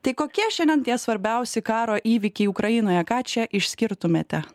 tai kokie šiandien tie svarbiausi karo įvykiai ukrainoje ką čia išskirtumėte